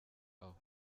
aho